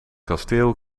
kasteel